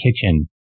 Kitchen